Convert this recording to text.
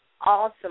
awesome